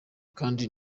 kandi